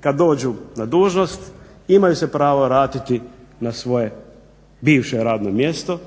kad dođu na dužnost imaju se pravo vratiti na svoje bivše radno mjesto,